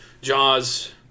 Jaws